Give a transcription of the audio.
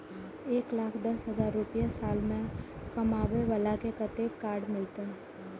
एक लाख दस हजार रुपया साल में कमाबै बाला के कतेक के कार्ड मिलत?